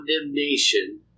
condemnation